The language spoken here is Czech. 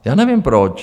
Já nevím proč.